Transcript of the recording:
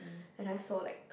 and I saw like